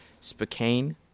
Spokane